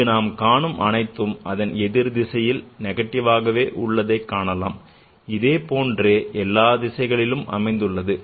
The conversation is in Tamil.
இங்கு நாம் காணும் அனைத்தும் அதன் எதிர் திசையில் negativeவாக உள்ளதைக் காணலாம் இதேபோன்று எல்லா திசைகளிலும் அமைந்துள்ளது